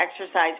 exercise